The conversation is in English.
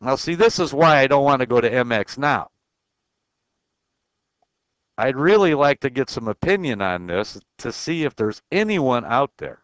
i'll see this is why i don't want to go to m x now i'd really like to get some opinion on this to see if there's anyone out there